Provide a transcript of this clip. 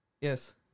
Yes